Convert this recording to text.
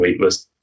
waitlist